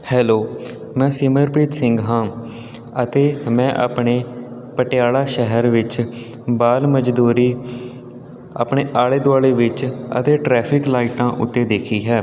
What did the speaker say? hello ਮੈਂ ਸਿਮਰਪ੍ਰੀਤ ਸਿੰਘ ਹਾਂ ਅਤੇ ਮੈਂ ਆਪਣੇ ਪਟਿਆਲਾ ਸ਼ਹਿਰ ਵਿੱਚ ਬਾਲ ਮਜ਼ਦੂਰੀ ਆਪਣੇ ਆਲੇ ਦੁਆਲੇ ਵਿੱਚ ਅਤੇ ਟਰੈਫਿਕ ਲਾਈਟਾਂ ਉੱਤੇ ਦੇਖੀ ਹੈ